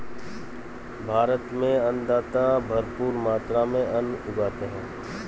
भारत में अन्नदाता भरपूर मात्रा में अन्न उगाते हैं